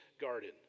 garden